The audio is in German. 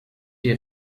die